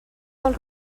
del